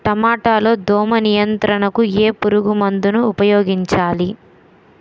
టమాటా లో దోమ నియంత్రణకు ఏ పురుగుమందును ఉపయోగించాలి?